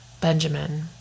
Benjamin